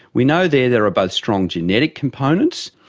we know they're there are both strong genetic components,